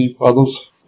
others